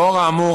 לאור האמור,